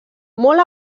molt